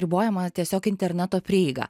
ribojama tiesiog interneto prieiga